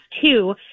two